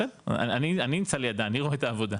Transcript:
בסדר, אני נמצא לידה, אני רואה את העבודה.